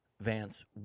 Vance